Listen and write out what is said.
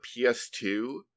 PS2